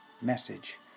message